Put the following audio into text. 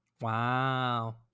Wow